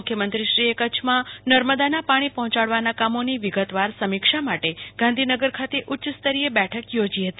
મુખ્યમંત્રી શ્રી એ કચ્છમાં નર્મદાના પાણી પહોયાડવાના કામોની વિગતવાર સમીક્ષા માટે ગાંધીનગર ખાતે ઉચ્યસ્તરીય બેઠક યોજી હતી